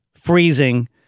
freezing